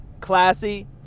classy